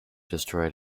destroyed